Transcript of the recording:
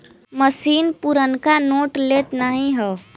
मसीन पुरनका नोट लेत नाहीं हौ